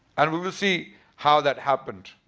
and we will see how that happened.